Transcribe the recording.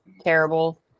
terrible